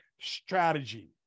strategy